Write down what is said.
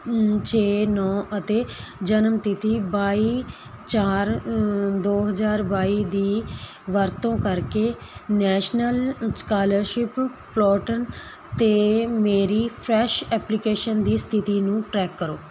ਛੇ ਨੌ ਅਤੇ ਜਨਮ ਤਿਥੀ ਬਾਈ ਚਾਰ ਦੋ ਹਜ਼ਾਰ ਬਾਈ ਦੀ ਵਰਤੋਂ ਕਰਕੇ ਨੈਸ਼ਨਲ ਅ ਸਕਾਲਰਸ਼ਿਪ ਪੋਰਟਲ 'ਤੇ ਮੇਰੀ ਫਰੈਸ਼ ਐਪਲੀਕੇਸ਼ਨ ਦੀ ਸਥਿਤੀ ਨੂੰ ਟਰੈਕ ਕਰੋ